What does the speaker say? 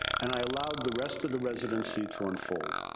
and i allowed the rest of the residency to unfold.